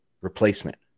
replacement